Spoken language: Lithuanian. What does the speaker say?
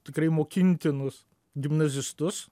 tikrai mokintinus gimnazistus